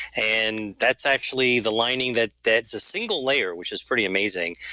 and that's actually the lining that, that's a single layer, which is pretty amazing,